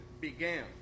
began